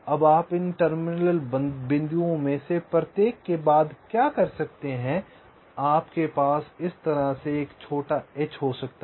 अब आप इन टर्मिनल बिंदुओं में से प्रत्येक के बाद क्या कर सकते हैं आपके पास इस तरह से एक छोटा एच हो सकता है